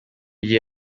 gihe